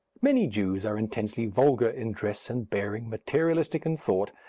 many jews are intensely vulgar in dress and bearing, materialistic in thought,